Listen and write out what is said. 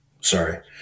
sorry